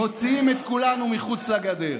מוציאים את כולנו מחוץ לגדר.